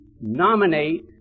nominate